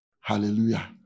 hallelujah